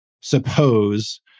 suppose